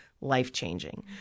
life-changing